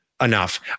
enough